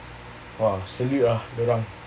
!wah! salute ah dorang